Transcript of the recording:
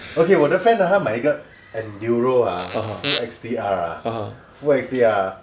okay 我的 friend ah 他买一个 enduro ah full X_T_R ah full X_T_R